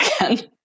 again